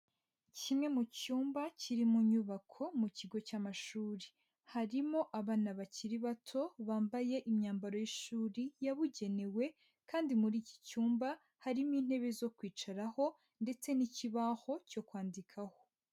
Kimwe mu cyumba kiri mu nyubako mu kigo cy'amashuri. Harimo abana bakiri bato, bambaye imyambaro y'ishuri yabugenewe, kandi muri iki cyumba harimo intebe zo kwicaraho ndetse n'ikibaho cyo kwandikaho.